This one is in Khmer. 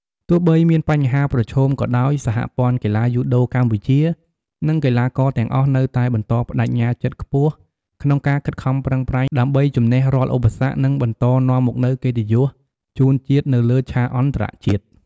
ទោះបីមានបញ្ហាប្រឈមក៏ដោយ សហព័ន្ធកីឡាយូដូកម្ពុជា និងកីឡាករទាំងអស់នៅតែបន្តប្តេជ្ញាចិត្តខ្ពស់ក្នុងការខិតខំប្រឹងប្រែងដើម្បីជម្នះរាល់ឧបសគ្គ និងបន្តនាំមកនូវកិត្តិយសជូនជាតិនៅលើឆាកអន្តរជាតិ ។